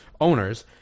owners